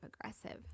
aggressive